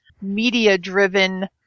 media-driven